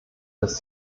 dass